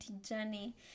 journey